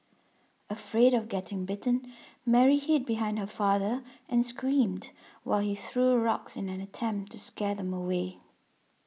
afraid of getting bitten Mary hid behind her father and screamed while he threw rocks in an attempt to scare them away